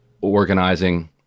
organizing